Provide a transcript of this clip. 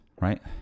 right